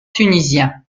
tunisiens